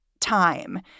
time